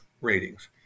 ratings